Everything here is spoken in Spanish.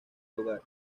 lugar